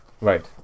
Right